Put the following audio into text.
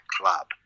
club